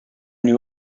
new